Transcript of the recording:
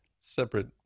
separate